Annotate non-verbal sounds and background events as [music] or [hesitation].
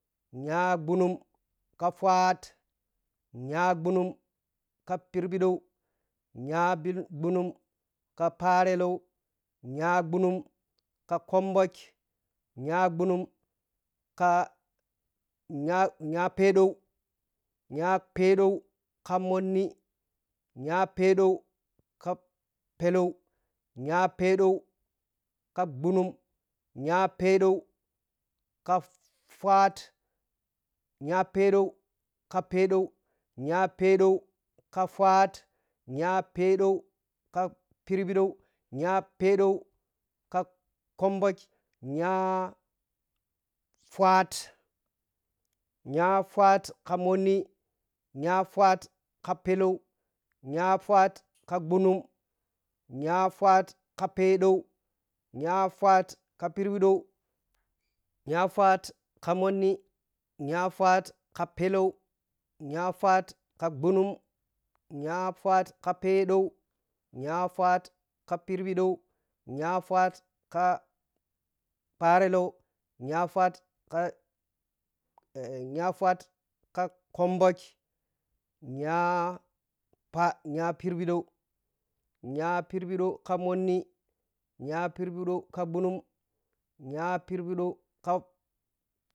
Nyabhunum ka faat nyabhunum ka phirɓidow nya bi ɓhunum ka pharɛlow nyaɓhunum ka khumbhik nya nya phɛɛɗow nya fɛɛdow ka mhonni nyaɛɛɗow ka pɛɛlow nyafɛɛdow ka bhnum nyafɛɛdow ka faafaat nyafɛɛdow kafɛɛɗow nyafɛɛɗow ka khumbhuk nya faat nyafaat ka mhanni nyafaat ka peɛlow nyafaat ka ɓhunum nyafaat ka pɛɛɗow nyafaat ka phirɓiɗow nyafat ka mhonni nyafaat ka c nyafaat ka peɛlow nyafaat ka phirbidow nyafaat ka pharelow nyafaat ka [hesitation] yafaat ka khumɓhuk nya pha nya phirɓiɗow nya phirɓiɗow ka mhonni nyaphirɓiɗow ka ɓhunum nya phirɓiɗow ka.